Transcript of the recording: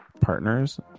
partners